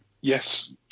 yes